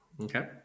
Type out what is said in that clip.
Okay